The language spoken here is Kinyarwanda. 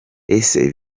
ese